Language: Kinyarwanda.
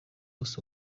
bose